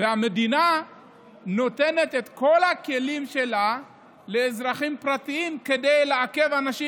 והמדינה נותנת את כל הכלים שלה לאזרחים פרטיים כדי לעכב אנשים